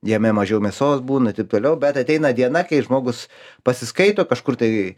jame mažiau mėsos būna taip toliau bet ateina diena kai žmogus pasiskaito kažkur tai